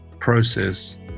process